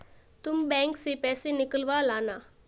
तुम बैंक से पैसे निकलवा लाना